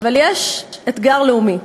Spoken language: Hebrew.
יש אתגר לאומי,